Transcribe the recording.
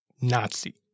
Nazi